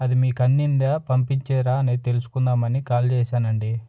అది మీకు అందిందా పంపించేరా అని తెలుసుకుందామని కాల్ చేసానండి